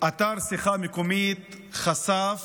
האתר שיחה מקומית חשף